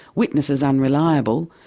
witnesses unreliable,